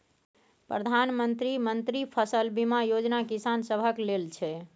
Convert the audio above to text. प्रधानमंत्री मन्त्री फसल बीमा योजना किसान सभक लेल छै